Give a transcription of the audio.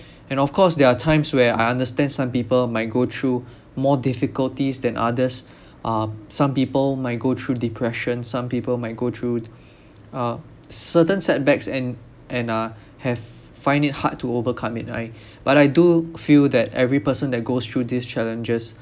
and of course there are times where I understand some people might go through more difficulties than others uh some people might go through depression some people might go through uh ce~ certain setbacks and and uh have f~ find it hard to overcome it and I but I do feel that every person that goes through these challenges